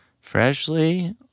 Freshly